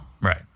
Right